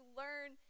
learn